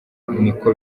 niko